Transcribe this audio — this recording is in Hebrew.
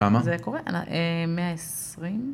פעמה? זה קורה, 120